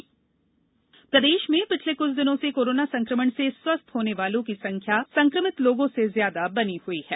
corona प्रदेश प्रदेश में पिछले कुछ दिनों से कोरोना संक्रमण से स्वस्थ होने वालों की संख्या संक्रमित लोगों से ज्यादा बनी हुई है